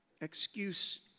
excuse